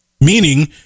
meaning